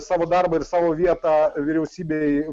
savo darbą ir savo vietą vyriausybei